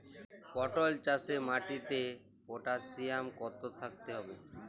পটল চাষে মাটিতে পটাশিয়াম কত থাকতে হবে?